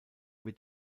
wird